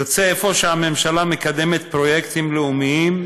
יוצא אפוא שהממשלה מקדמת פרויקטים לאומיים,